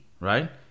right